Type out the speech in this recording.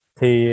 Thì